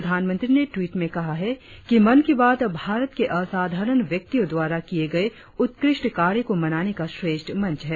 प्रधानमंत्री ने ट्वीट में कहा है कि मन की बात भारत के असाधारण व्यक्तियों द्वारा किए गए उत्कृष्ट कार्य को मनाने का श्रेष्ठ मंच है